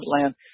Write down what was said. land